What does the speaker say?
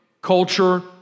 culture